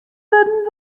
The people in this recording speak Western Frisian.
wurden